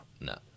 No